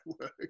work